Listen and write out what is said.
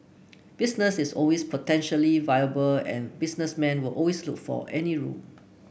business is always potentially viable and businessmen will always look for any room